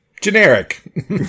Generic